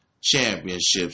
championships